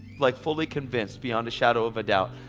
like fully convinced beyond a shadow of a doubt.